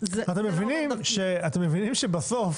בסוף